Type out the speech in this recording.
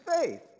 faith